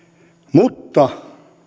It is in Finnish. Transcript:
mutta